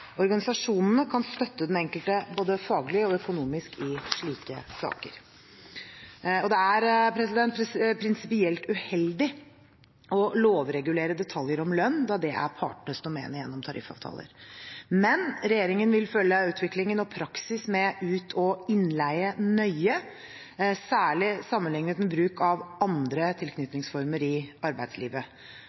Organisasjonene kan støtte den enkelte, både faglig og økonomisk, i slike saker. Det er prinsipielt uheldig å lovregulere detaljer om lønn, da det er partenes domene gjennom tariffavtaler. Men regjeringen vil følge utviklingen og praksisen med ut- og innleie nøye, særlig sammenlignet med bruk av andre tilknytningsformer i arbeidslivet.